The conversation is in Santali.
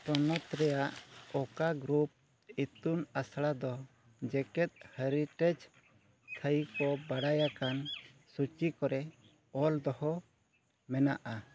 ᱯᱚᱱᱚᱛ ᱨᱮᱭᱟᱜ ᱚᱠᱟ ᱜᱩᱨᱩᱯ ᱤᱛᱩᱱ ᱟᱥᱲᱟ ᱫᱚ ᱡᱮᱜᱮᱫ ᱦᱮᱨᱤᱴᱮᱡᱽ ᱚᱛᱷᱟᱭᱤ ᱠᱚ ᱵᱟᱰᱟᱭ ᱟᱠᱟᱱ ᱥᱩᱪᱤ ᱠᱚᱨᱮ ᱚᱞ ᱫᱚᱦᱚ ᱢᱮᱱᱟᱜᱼᱟ